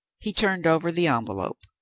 he turned over the envelope.